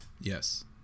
Yes